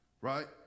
right